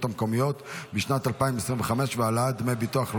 המקומיות בשנת 2025 והעלאת דמי ביטוח לאומי),